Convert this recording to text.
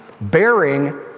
bearing